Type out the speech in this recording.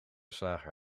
slager